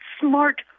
smart